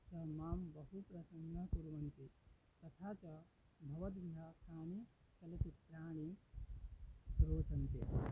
सः माम् बहुप्रसन्ना कुर्वन्ति तथा च भवद्भ्यः तानि चलचित्राणि रोचन्ते